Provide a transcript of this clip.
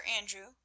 andrew